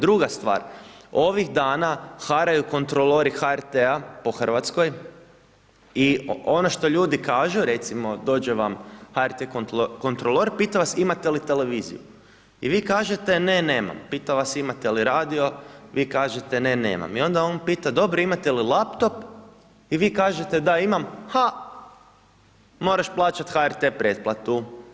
Druga stvar, ovih dana haraju kontrolori HRT po RH i ono što ljudi kažu, recimo, dođe vam HRT kontrolor, pita vas imate li televiziju i vi kažete ne, nemam, pita vas imate li radio, vi kažete ne, nemam i onda on pita dobro, imate li laptop i vi kažete da imam, ha, moraš plaćat HRT pretplatu.